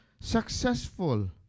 successful